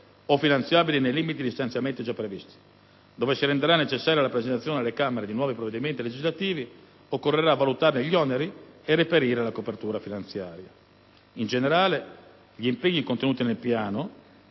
o finanziabili nei limiti di stanziamenti già previsti. Dove si renderà necessaria la presentazione alle Camere di nuovi provvedimenti legislativi, occorrerà valutarne gli oneri e reperire la copertura finanziaria. In generale, agli impegni contenuti nel Piano